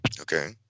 Okay